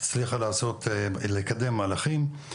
היא הצליחה לקדם מהלכים.